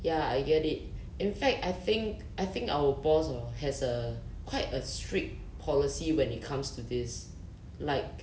ya I get it in fact I think I think our boss hor has a quite a strict policy when it comes to this like